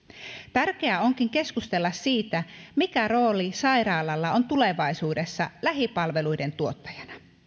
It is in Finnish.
tärkeää onkin keskustella siitä mikä rooli sairaalalla on tulevaisuudessa lähipalveluiden tuottajana